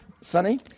Sunny